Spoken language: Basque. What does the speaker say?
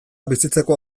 bizitzeko